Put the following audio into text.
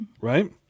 Right